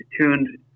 tuned –